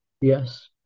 yes